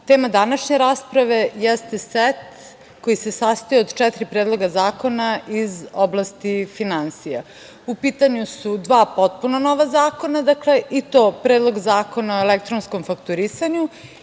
tema današnje rasprave jeste set koji se sastoji od četiri predloga zakona iz oblasti finansija.U pitanju su dva potpuno nova zakona, i to Predlog zakona o elektronskom fakturisanju